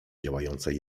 działającej